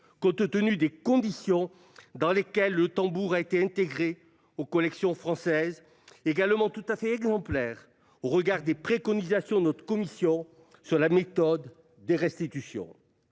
compte tenu des conditions dans lesquelles le tambour a été intégré aux collections françaises, également tout à fait exemplaire au regard des préconisations de notre Commission sur la méthode des restitutions.